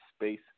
space